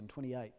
28